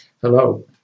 Hello